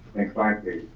next slide, please.